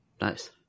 Nice